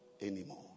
anymore